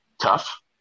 tough